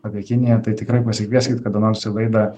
apie kiniją tai tikrai pasikvieskit kada nors į laidą